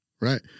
right